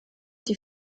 die